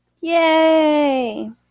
Yay